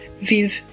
Viv